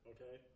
Okay